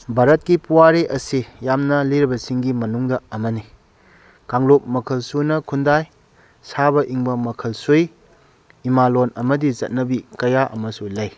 ꯚꯥꯔꯠꯀꯤ ꯄꯨꯋꯥꯔꯤ ꯑꯁꯤ ꯌꯥꯝꯅ ꯂꯤꯔꯕꯁꯤꯡꯒꯤ ꯃꯅꯨꯡꯗ ꯑꯃꯅꯤ ꯀꯥꯡꯂꯨꯞ ꯃꯈꯜ ꯁꯨꯅ ꯈꯨꯟꯗꯥꯏ ꯁꯥꯕ ꯏꯪꯕ ꯃꯈꯜ ꯁꯨꯏ ꯏꯃꯥꯂꯣꯟ ꯑꯃꯗꯤ ꯆꯠꯅꯕꯤ ꯀꯌꯥ ꯑꯃꯁꯨ ꯂꯩ